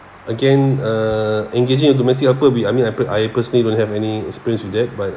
again uh engaging a domestic helper we I mean I I personally don't have any experience with that but